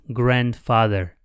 grandfather